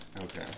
Okay